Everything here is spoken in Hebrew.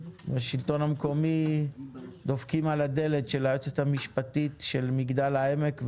בשלטון המקומי דופקים על הדלת של היועצת המשפטית של מגדל העמק,